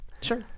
Sure